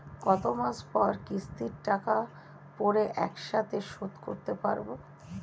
কত মাস পর কিস্তির টাকা পড়ে একসাথে শোধ করতে পারবো?